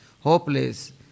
Hopeless